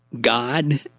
God